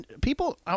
People